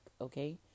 Okay